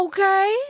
Okay